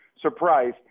surprise